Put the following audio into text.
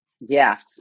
Yes